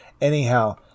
Anyhow